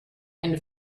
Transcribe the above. and